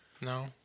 No